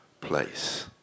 place